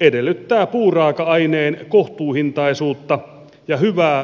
edellyttää puuraaka aineen kohtuuhintaisuutta ja hyvää saatavuutta